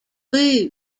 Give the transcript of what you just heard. lose